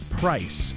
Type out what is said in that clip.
price